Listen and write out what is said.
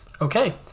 Okay